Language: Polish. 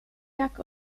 jak